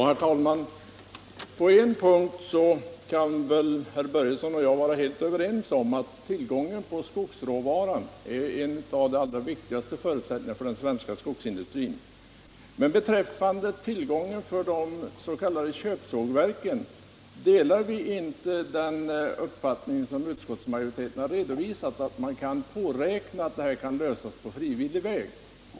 Herr talman! På en punkt kan herr Börjesson i Glömminge och jag vara helt överens: tillgången på skogsråvara är en av de viktigaste förutsättningarna för den svenska skogsindustrin. Men beträffande råvarutillgången för de s.k. köpsågverken delar vi inte den uppfattning som utskottsmajoriteten har redovisat, att man kan räkna med att problemet kommer att lösas på frivillig väg.